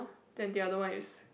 then the other one is